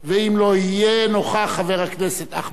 חבר הכנסת אחמד טיבי יחליף אותו.